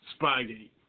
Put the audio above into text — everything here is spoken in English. Spygate